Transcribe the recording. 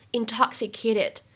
intoxicated